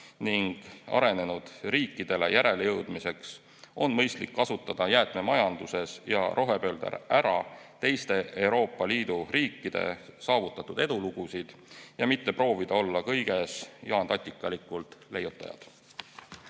ning arenenud riikidele järelejõudmiseks on mõistlik jäätmemajanduses ja rohepöördes ära kasutada teiste Euroopa Liidu riikide saavutatud edulugusid, mitte proovida olla kõiges jaantatikalikult leiutajad.